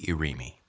Irimi